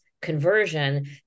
conversion